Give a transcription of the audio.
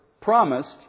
promised